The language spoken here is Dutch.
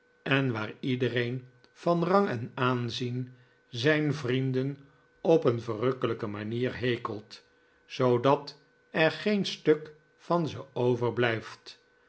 en waar iedereen van rang en aanzien zijn vrienden op een verrukkelijke manier hekelt zoodat er geen stuk van ze overblijft